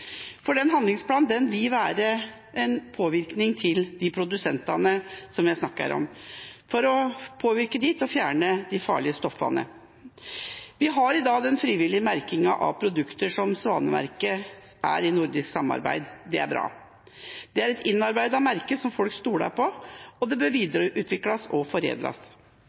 og den må være til nytte for forbrukerne. Handlingsplanen vil påvirke produsentene jeg snakker om, til å fjerne de farlige stoffene. Vi har i dag en frivillig merking av produkter, som Svanemerket er i nordisk samarbeid. Det er bra. Det er et innarbeidet merke som folk stoler på, og det bør videreutvikles og foredles.